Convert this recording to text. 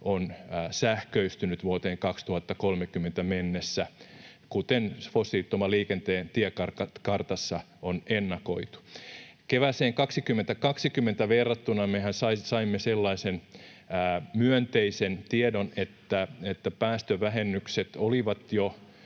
on sähköistynyt vuoteen 2030 mennessä, kuten fossiilittoman liikenteen tiekartassa on ennakoitu. Mehän saimme kevääseen 2020 verrattuna sellaisen myönteisen tiedon, että päästövähennykset olivat jo